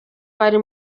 bari